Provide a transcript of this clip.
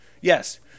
Yes